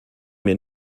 mir